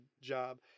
job